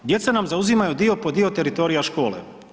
Djeca nam zauzimaju dio po dio teritorija škole.